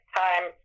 time